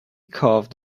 carved